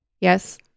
Yes